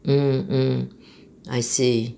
mm mm I see